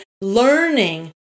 learning